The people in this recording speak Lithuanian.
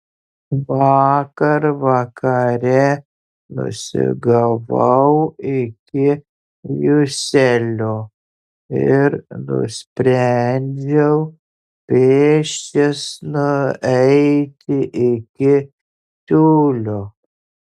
vakar vakare nusigavau iki juselio ir nusprendžiau pėsčias nueiti iki tiulio